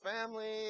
family